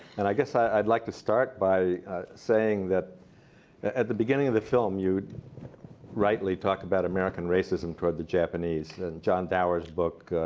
and i guess i'd like to start by saying that at the beginning of the film, you rightly talk about american racism toward the japanese. and john dower's book,